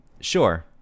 sure